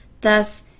thus